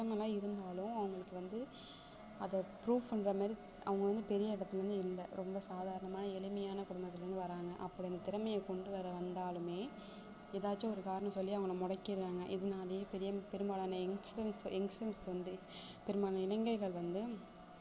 திறமைல்லாம் இருந்தாலும் அவங்களுக்கு வந்து அதை ப்ரூஃப் பண்ணுற மாதிரி அவங்க வந்து பெரிய இடத்துல வந்து இல்லை ரொம்ப சாதாரணமான எளிமையான குடும்பத்துலருந்து வராங்க அப்புறம் இந்த திறமையை கொண்டு வர வந்தாலுமே எதாச்சும் ஒரு காரணம் சொல்லி அவங்கள முடக்கிர்றாங்க இதனாலயே பெரிய பெரும்பாலான யங்ஸ்டர்ஸ் யங்ஸ்டர்ஸ் வந்து பெரும்பாலான இளைஞர்கள் வந்து